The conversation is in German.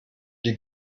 die